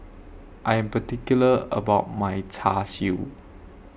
I Am particular about My Char Siu